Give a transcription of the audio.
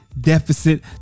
deficit